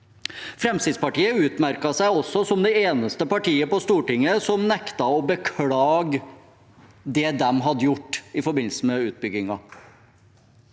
Fremskrittspartiet utmerket seg også som det eneste partiet på Stortinget som nektet å beklage det de hadde gjort i forbindelse med utbyggingen.